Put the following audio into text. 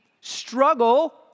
struggle